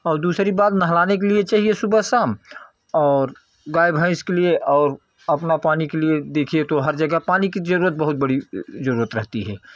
और दूसरी बात नहलाने के लिए चाहिए सुबह शाम और गाय भैंस के लिए और अपना पानी के लिए देखिए तो हर जगह पानी की ज़रूरत बहुत बड़ी ज़रूरत रहती